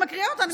אני מקריאה אותה.